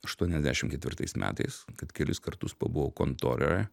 aštuoniasdešimt ketvirtais metais kad kelis kartus pabuvau kontoroje